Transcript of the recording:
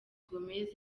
gomes